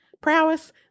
prowess